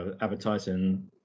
advertising